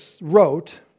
wrote